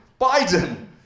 Biden